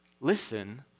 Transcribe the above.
listen